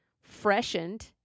freshened